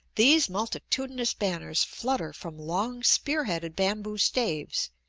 these multitudinous banners flutter from long, spear-headed bamboo-staves,